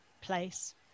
place